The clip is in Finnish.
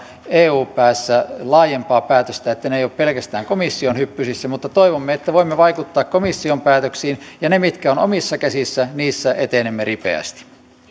eu päässä laajempaa päätöstä ne eivät ole pelkästään komission hyppysissä mutta toivomme että voimme vaikuttaa komission päätöksiin ja niissä mitkä ovat omissa käsissä etenemme ripeästi